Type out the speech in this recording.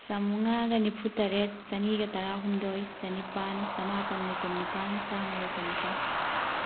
ꯆꯝꯉꯥꯒ ꯅꯤꯐꯨꯇꯔꯦꯠ ꯆꯅꯤꯒ ꯇꯔꯥꯍꯨꯝꯗꯣꯏ ꯆꯅꯤꯄꯥꯟ ꯆꯃꯥꯄꯟꯒ ꯀꯨꯟꯅꯤꯄꯥꯟ ꯆꯥꯝꯃꯒ ꯀꯨꯟꯅꯤꯄꯥꯟ